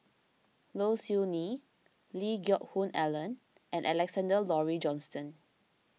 Low Siew Nghee Lee Geck Hoon Ellen and Alexander Laurie Johnston